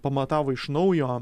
pamatavo iš naujo